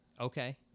Okay